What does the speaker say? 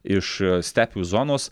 iš stepių zonos